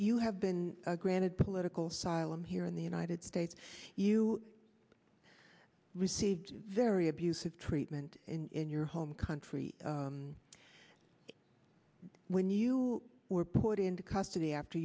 you have been granted political asylum here in the united states you received very abusive treatment in your home country when you were put into custody after